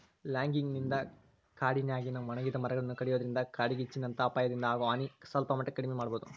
logging ನಿಂದ ಕಾಡಿನ್ಯಾಗಿನ ಒಣಗಿದ ಮರಗಳನ್ನ ಕಡಿಯೋದ್ರಿಂದ ಕಾಡ್ಗಿಚ್ಚಿನಂತ ಅಪಾಯದಿಂದ ಆಗೋ ಹಾನಿನ ಸಲ್ಪಮಟ್ಟಕ್ಕ ಕಡಿಮಿ ಮಾಡಬೋದು